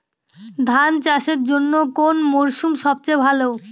ধান চাষের জন্যে কোন মরশুম সবচেয়ে ভালো?